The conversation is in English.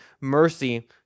mercy